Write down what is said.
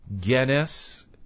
Guinness